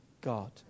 God